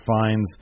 finds